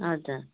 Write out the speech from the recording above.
हजुर